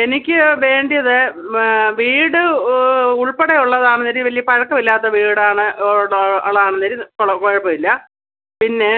എനിക്ക് വേണ്ട്ത് വീട് ഉൾപ്പെടെ ഉള്ളതാണെങ്കിൽ വലിയ പഴക്കമില്ലാത്ത വീടാണ് കൊഴ കുഴപ്പമില്ല പിന്നെ